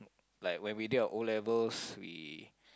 like when we did our O-levels we